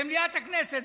במליאת הכנסת,